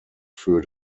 für